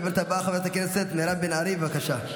הדוברת הבאה, חברת הכנסת מירב בן ארי, בבקשה.